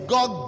God